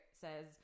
says